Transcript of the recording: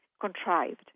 contrived